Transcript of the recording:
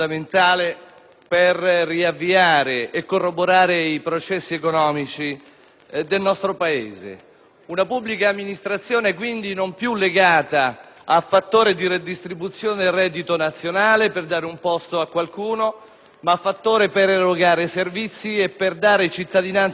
per riavviare e corroborare i processi economici del nostro Paese. Una pubblica amministrazione, quindi, non più fattore di redistribuzione del reddito nazionale con il fine di dare un posto a qualcuno, ma fattore di erogazione dei servizi e per dare cittadinanza a